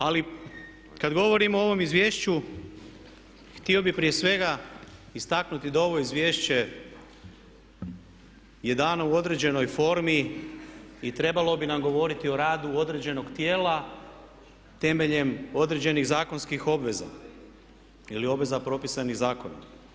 Ali kad govorim o ovom izvješću htio bih prije svega istaknuti da ovo izvješće je dano u određenoj formi i trebalo bi nam govoriti o radu određenog tijela temeljem određenih zakonskih obveza ili obveza propisanih zakonom.